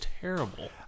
terrible